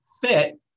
fit